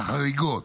החריגות,